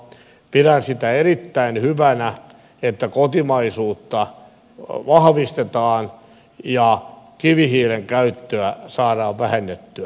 pidän sitä erittäin hyvänä että kotimaisuutta vahvistetaan ja kivihiilen käyttöä saadaan vähennettyä